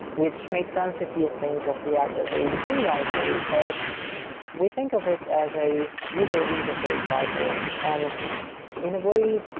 which makes sense if you think of react as a view library, but we think of it as a user interface library. and in a way,